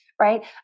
right